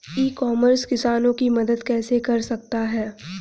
ई commerce किसानों की मदद कैसे कर सकता है?